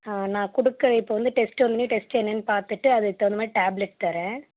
நான் கொடுக்க இப்போ வந்து டெஸ்ட் வந்தோடனே டெஸ்ட் என்னன்னு பார்த்துட்டு அதுக்கு தகுந்த மாதிரி டேப்லட் தரேன்